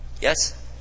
Yes